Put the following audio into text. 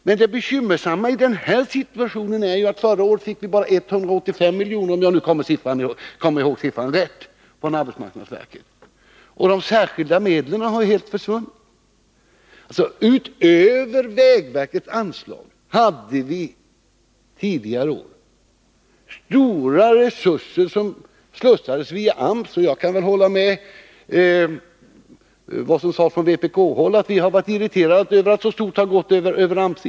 Men det bekymmersamma i denna situation är ju att vi förra året bara fick 185 miljoner — om jag minns siffran rätt — från arbetsmarknadsverket. De särskilda medlen har helt försvunnit. Utöver vägverkets anslag hade vi alltså under tidigare år stora resurser, som slussades via AMS. Jag kan väl hålla med om det som sades från vpk-håll, nämligen att vi har varit irriterade över att så mycket har gått över AMS.